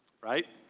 right?